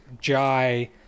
jai